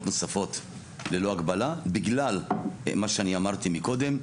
נוספות ללא הגבלה בגלל מה שאני אמרתי מקודם.